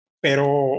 pero